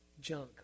junk